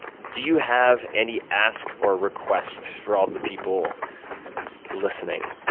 do you have any asks or requests for all the people listening?